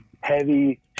heavy